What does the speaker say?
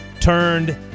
turned